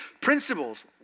principles